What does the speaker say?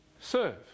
serve